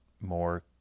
more